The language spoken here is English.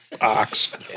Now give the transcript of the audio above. ox